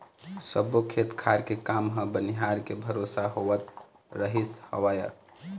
सब्बो खेत खार के काम ह बनिहार के भरोसा होवत रहिस हवय